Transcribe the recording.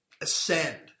ascend